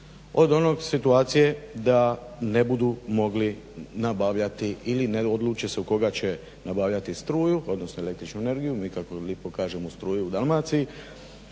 od one situacije da ne budu mogli nabavljati ili ne odluče se u koga će nabavljati struju, odnosno električnu energiju. Mi kako lipo kažemo struju u Dalmaciji.